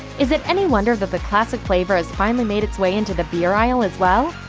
is it any wonder that the classic flavor has finally made its way into the beer aisle as well?